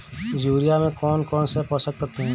Urea में कौन कौन से पोषक तत्व है?